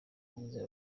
nziza